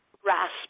grasp